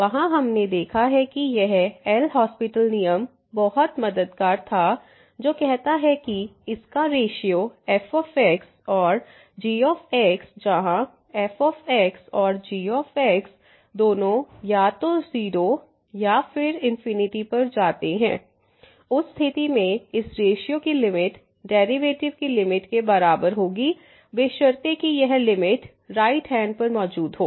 वहां हमने देखा है कि यह एल हास्पिटल LHospital नियम बहुत मददगार था जो कहता है कि इसका रेश्यो f और g जहां f और g दोनों या तो 0 या फिर इन्फिनिटी पर जाते हैं उस स्थिति में इस रेश्यो की लिमिट डेरिवेटिव की लिमिट के बराबर होगी बशर्ते कि यह लिमिट राइट हैंड पर मौजूद हो